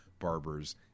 barbers